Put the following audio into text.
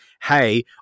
hey